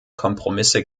kompromisse